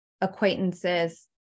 acquaintances